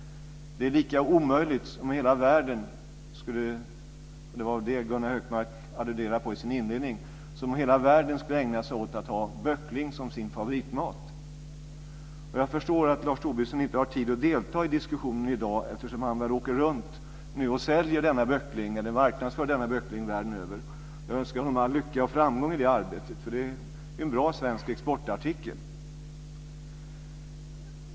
Det var lika omöjligt, det var väl det Gunnar Hökmark alluderade på i sin inledning, som att hela världen skulle ha böckling som sin favoritmat. Jag förstår att Lars Tobisson inte har tid att delta i diskussionen i dag eftersom han väl nu åker runt och säljer, eller marknadsför, denna böckling världen över. Jag önskar honom all lycka och framgång i det arbetet, för det är en bra svensk exportartikel.